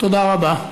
תודה רבה.